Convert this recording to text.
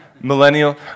Millennial